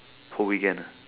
whole weekend